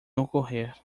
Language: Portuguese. ocorrer